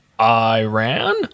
Iran